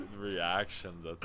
Reactions